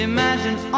Imagine